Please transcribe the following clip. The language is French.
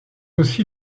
aussi